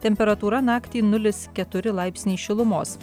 temperatūra naktį nulis keturi laipsniai šilumos